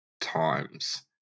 times